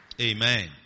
Amen